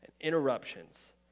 interruptions